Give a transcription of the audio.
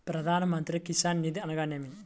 ప్రధాన మంత్రి కిసాన్ నిధి అనగా నేమి?